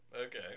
Okay